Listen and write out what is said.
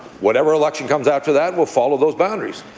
whatever election comes after that will follow those boundaries.